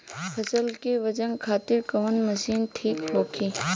फसल के वजन खातिर कवन मशीन ठीक होखि?